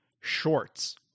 shorts